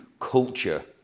culture